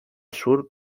sur